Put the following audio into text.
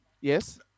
Yes